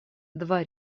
два